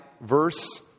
verse